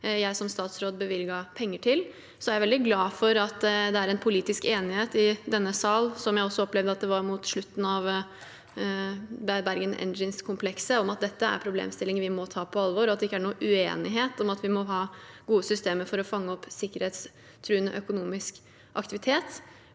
jeg som statsråd bevilget penger til. Jeg er veldig glad for at det er politisk enighet i denne sal – som jeg også opplevde at det var mot slutten av Bergen Engineskomplekset – om at dette er problemstillinger vi må ta på alvor, og at det ikke er noen uenighet om at vi må ha gode systemer for å fange opp sikkerhetstruende økonomisk aktivitet.